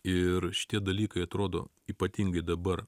ir šitie dalykai atrodo ypatingai dabar